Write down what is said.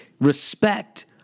respect